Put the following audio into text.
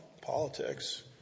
politics